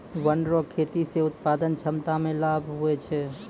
वन रो खेती से उत्पादन क्षमता मे लाभ हुवै छै